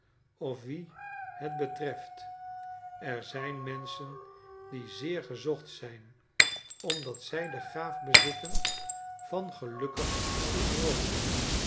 of wien het betreft er zijn menschen die zeer gezocht zijn omdat zij de gaaf bezitten van gelukkig te droomen